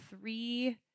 three